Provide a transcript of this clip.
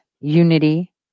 unity